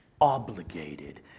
obligated